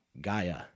Gaia